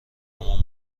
عمو